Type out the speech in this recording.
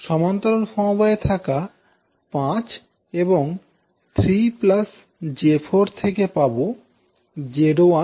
সমান্তরাল সমবায়ে থাকা 5 এবং 3 j4 থেকে পাবো Z1 5